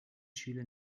schüler